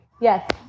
Yes